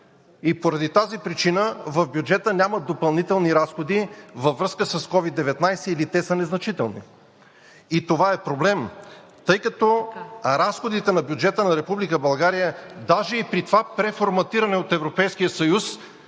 Поради тази причина в бюджета няма допълнителни разходи във връзка с COVID-19 или те са незначителни. Това е проблем, тъй като разходите на бюджета на Република България, даже и при това преформатиране от